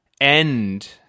end